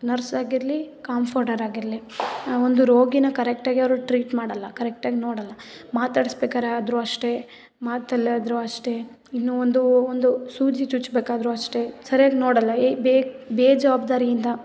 nurse ಆಗಿರಲಿ compounder ಆಗಿರಲಿ ಒಂದು ರೋಗಿನ ಕರೆಕ್ಟಾಗಿ ಅವರು ಟ್ರೀಟ್ ಮಾಡೋಲ್ಲ ಕರೆಕ್ಟಾಗಿ ನೋಡೋಲ್ಲ ಮಾತಾಡಿಸ್ಬೇಕಾದ್ರೆ ಆದರು ಅಷ್ಟೆ ಮಾತಲ್ಲಾದರೂ ಅಷ್ಟೆ ಇನ್ನು ಒಂದು ಒಂದು ಸೂಜಿ ಚುಚ್ಚಬೇಕಾದ್ರೂ ಅಷ್ಟೆ ಸರಿಯಾಗಿ ನೋಡೋಲ್ಲ ಏ ಬೇಜವಾಬ್ದಾರಿಯಿಂದ